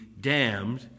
damned